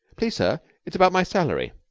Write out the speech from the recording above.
please, sir, it's about my salary.